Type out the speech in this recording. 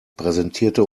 präsentierte